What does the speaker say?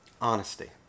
Honesty